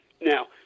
Now